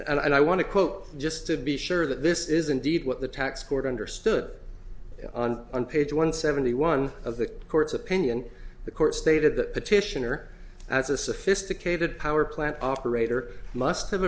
and i want to quote just to be sure that this is indeed what the tax court understood on page one seventy one of the court's opinion the court stated the petitioner as a sophisticated power plant operator must